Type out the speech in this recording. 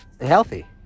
healthy